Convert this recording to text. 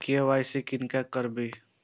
KYC किनका से कराबी?